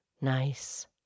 Nice